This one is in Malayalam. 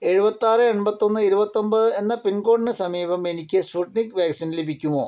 എഴുപത്താറ് എൺപത്തൊന്ന് ഇരുപത്തൊമ്പത് എന്ന പിൻകോഡിന് സമീപം എനിക്ക് സ്പുട്നിക് വാക്സിൻ ലഭിക്കുമോ